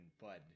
bud